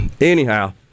anyhow